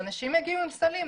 ואנשים יגיעו עם סלים,